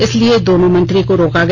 इसलिए दोनों मंत्री को रोका गया